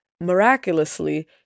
miraculously